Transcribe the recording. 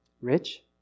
Rich